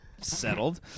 Settled